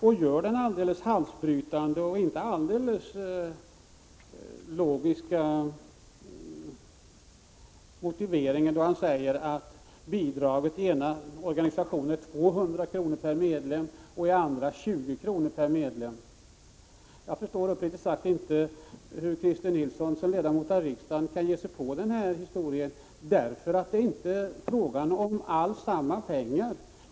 Han gör detta med den halsbrytande och alls icke logiska motiveringen att bidraget till den ena organisationen är 200 kr. per medlem och till den andra 20 kr. per medlem. Jag förstår uppriktigt sagt inte hur Christer Nilsson som ledamot av riksdagen kan ge sig på den här historien. Det är inte alls fråga om samma pengar.